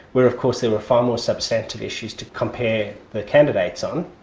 where of course there were far more substantive issues to compare the candidates on.